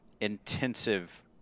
intensive